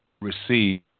receive